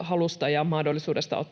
halusta ja mahdollisuudesta